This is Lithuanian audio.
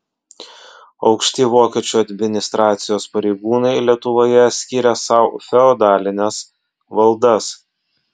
aukšti vokiečių administracijos pareigūnai lietuvoje skyrė sau feodalines valdas